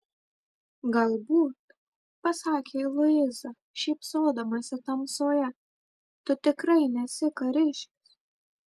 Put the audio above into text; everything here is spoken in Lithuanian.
galbūt pasakė luiza šypsodamasi tamsoje tu tikrai nesi kariškis